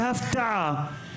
בהפתעה,